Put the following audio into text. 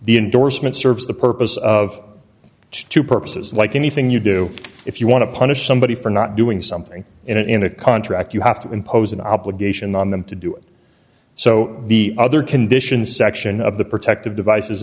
the endorsement serves the purpose of two purposes like anything you do if you want to punish somebody for not doing something in a contract you have to impose an obligation on them to do so the other condition section of the protective devices